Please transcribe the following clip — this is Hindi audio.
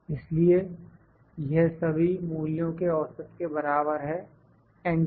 इसलिए यह सभी मूल्यों के औसत के बराबर है एंटर